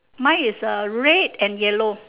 mine is a red and yellow